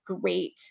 great